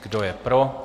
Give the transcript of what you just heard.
Kdo je pro?